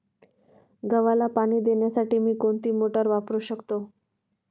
गव्हाला पाणी देण्यासाठी मी कोणती मोटार वापरू शकतो?